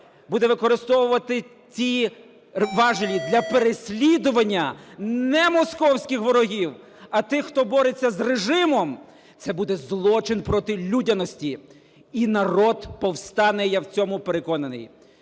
буде використовувати ті важелі для переслідування не московських ворогів, а тих, хто бореться з режимом, – це буде злочин проти людяності і народ повстане, я в цьому переконаний.